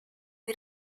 sie